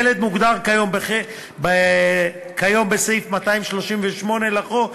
ילד מוגדר כיום בסעיף 238 לחוק,